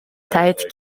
tête